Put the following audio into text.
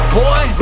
boy